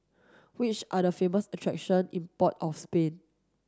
which are the famous attractions in Port of Spain